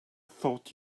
thought